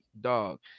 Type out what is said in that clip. dog